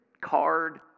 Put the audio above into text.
card